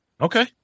Okay